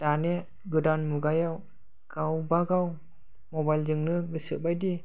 दानि गोदान मुगायाव गावबा गाव मबाइलजोंनो गोसो बायदि